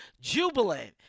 jubilant